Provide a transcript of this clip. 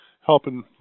helping